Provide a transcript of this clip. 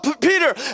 Peter